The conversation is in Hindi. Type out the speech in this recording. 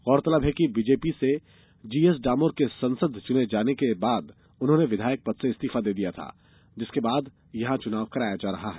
गौरतलब है कि भाजपा के जीएस डामोर के संसद सदस्य चुने जाने के बाद उन्होंने विधायक पद से इस्तिफा दे दिया था जिसके बाद यहा चुनाव कराया जा रहा है